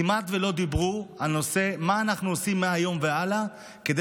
כמעט לא תהו מה אנחנו עושים מהיום והלאה כדי